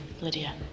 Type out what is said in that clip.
Lydia